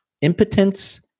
impotence